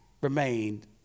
remained